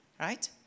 right